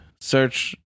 search